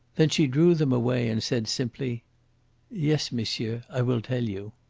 then she drew them away and said simply yes, monsieur, i will tell you.